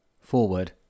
Forward